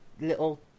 little